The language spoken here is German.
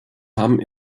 haben